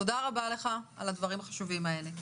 תודה רבה לך על הדברים החשובים האלה.